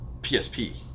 PSP